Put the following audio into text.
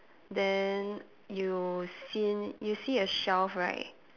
then you seen you see a shelf right